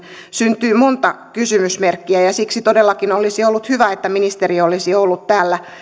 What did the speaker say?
syntyy monta kysymysmerkkiä ja siksi todellakin olisi ollut hyvä että ministeri olisi ollut täällä